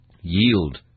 Yield